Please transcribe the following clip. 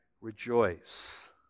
rejoice